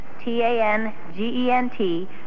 t-a-n-g-e-n-t